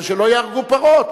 אבל שלא יהרגו פרות,